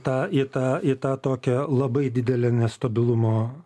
tą į tą į tą tokią labai didelę nestabilumo